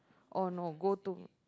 oh no go to